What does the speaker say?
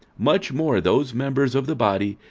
much more those members of the body,